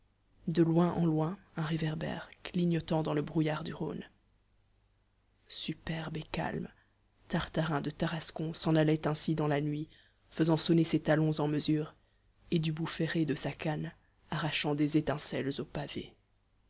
de loin en loin un réverbère clignotant dans le brouillard du rhône superbe et calme tartarin de tarascon s'en allait ainsi dans la nuit faisant sonner ses talons en mesure et du bout ferré de sa canne arrachant des étincelles aux pavés